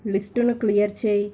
లిస్టును clear చేయి